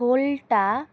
হোল্টা